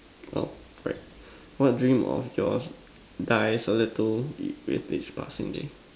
oh correct what dream of yours dies a little with each passing day